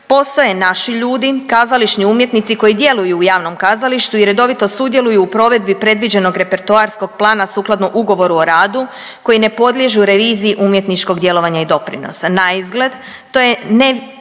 postoje naši ljudi, kazališni umjetnici koji djeluju u javnom kazalištu i redovito sudjeluju u provedbi predviđenog repertoarskog plana sukladno ugovoru o radu koji ne podliježu reviziji umjetničkog djelovanja i doprinosa. Naizgled to je